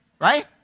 Right